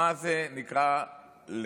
מה זה נקרא לחנך?